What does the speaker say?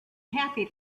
happy